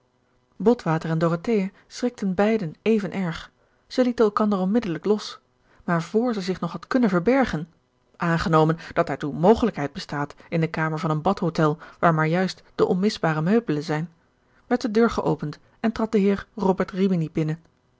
botwater en dorothea schrikten beiden even erg zij lieten elkander onmiddelijk los maar vr zij zich nog had kunnen verbergen aangenomen dat daartoe mogelijkheid bestaat in de kamer van een badhotel waar maar juist de onmisbare meubelen zijn werd de deur geopend en trad de heer robert rimini binnen